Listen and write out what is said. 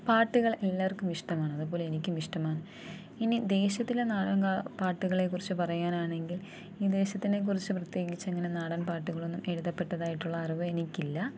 പാട്ടുകൾ എല്ലാവർക്കും ഇഷ്ടമാണ് അതുപോലെ എനിക്കും ഇഷ്ടമാണ് ഇനി ദേശത്തിലെ നാടൻ ക പാട്ടുകളെക്കുറിച്ച് പറയാനാണെങ്കിൽ ഈ ദേശത്തിനെക്കുറിച്ച് പ്രത്യേകിച്ച് അങ്ങനെ നാടൻ പാട്ടുകളൊന്നും എഴുതപ്പെട്ടതായിട്ടുള്ള അറിവ് എനിക്കില്ല